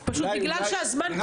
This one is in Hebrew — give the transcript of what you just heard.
היום במצב הקיים,